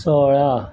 सोळा